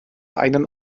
einen